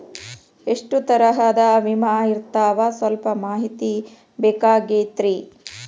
ಎಷ್ಟ ತರಹದ ವಿಮಾ ಇರ್ತಾವ ಸಲ್ಪ ಮಾಹಿತಿ ಬೇಕಾಗಿತ್ರಿ